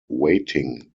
waiting